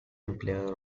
empleo